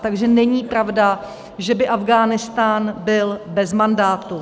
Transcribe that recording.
Takže není pravda, že by Afghánistán byl bez mandátu.